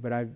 but i